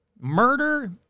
murder